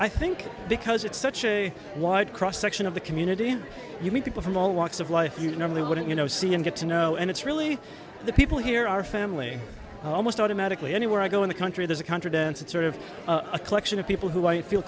i think because it's such a wide cross section of the community and you meet people from all walks of life you normally wouldn't you know see and get to know and it's really the people here are family almost automatically anywhere i go in the country there's a contradiction sort of a collection of people who i feel